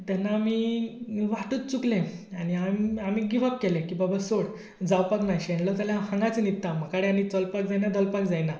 तेन्ना आमी वाटूच चुकले आनी आमी गीव अप केलें की बाबा सोड जावपाक ना शेणलो जाल्यार हांव हांगाच न्हिदता म्हकडें आनी चलपाक जायना धोलपाक जायना